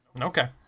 Okay